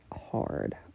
hard